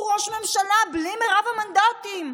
הוא ראש ממשלה בלי מרב המנדטים,